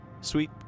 sweet